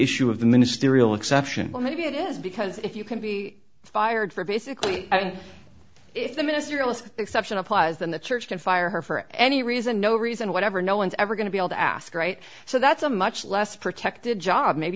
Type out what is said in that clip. issue of the ministerial exception maybe it is because if you can be fired for basically if the ministerial exception applies then the church can fire her for any reason no reason whatever no one's ever going to be able to ask right so that's a much less protected job maybe